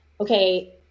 okay